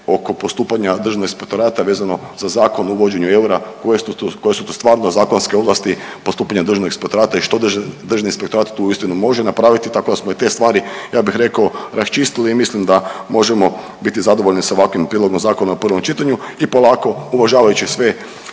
oko postupanja Državnog inspektorata vezano za Zakon o uvođenju eura koje su to stvarno zakonske ovlasti postupanja Državnog inspektorata i što Državni inspektora tu uistinu može napraviti tako da smo i te stvari ja bih rekao raščistili i mislim da možemo biti zadovoljni sa ovakvim prijedlogom zakona u prvom čitanju i polako uvažavajući sve